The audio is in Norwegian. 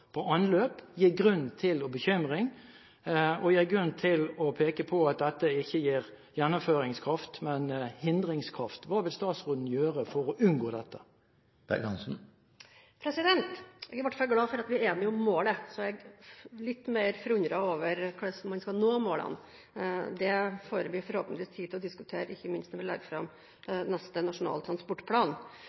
for anløp, gir grunn til bekymring og til å peke på at dette ikke gir gjennomføringskraft, men hindringskraft. Hva vil statsråden gjøre for å unngå dette? Jeg er i hvert fall glad for at vi er enige om målet, jeg undres litt mer på hvordan man skal nå målene. Det får vi forhåpentligvis tid til å diskutere, ikke minst når vi legger fram neste Nasjonal transportplan.